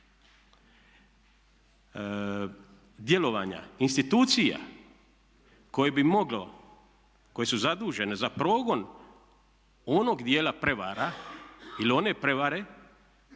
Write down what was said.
djelovanja institucija koje bi moglo, koje su zadužene za progon onog dijela prijevara ili one prijevare